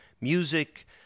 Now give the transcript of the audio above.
music